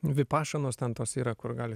vipašinos ten tos yra kur galit